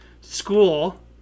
school